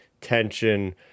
tension